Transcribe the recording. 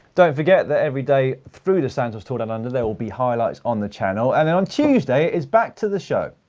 don't forget that everyday through the santos tour down under there will be highlights on the channel. and on tuesday, it's back to the show.